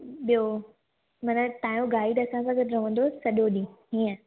ॿियो मना तव्हांजो गाइड असां सां गॾु रहंदो सॼो ॾींहुं हीअं